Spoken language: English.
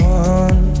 one